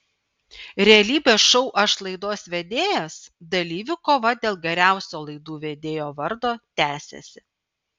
realybės šou aš laidos vedėjas dalyvių kova dėl geriausio laidų vedėjo vardo tęsiasi